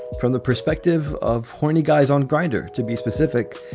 from the perspective of horny guys on grinder, to be specific.